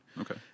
Okay